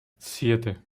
siete